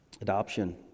adoption